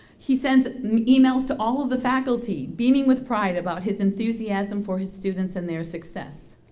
he sends emails to all of the faculty, beaming with pride about his enthusiasm for his students and their success.